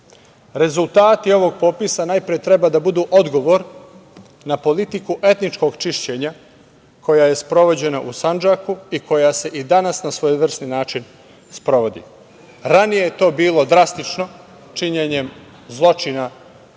Rezultati ovog popisa najpre treba da budu odgovor na politiku etničkog čišćenja koja je sprovođena u Sandžaku i koja se i danas na svojevrsni način sprovodi. Ranije je to bilo drastično, činjenjem zločina, otmica,